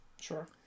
Sure